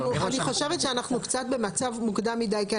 אני חושבת שאנחנו קצת במצב מוקדם מידי.